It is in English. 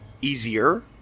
easier